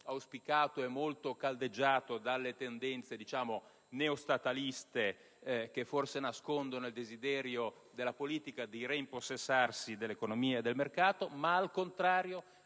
auspicato e molto caldeggiato dalle tendenze neostataliste (che forse nascondono il desiderio della politica di rimpossessarsi dell'economia e del mercato), ma, al contrario,